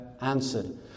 answered